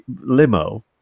limo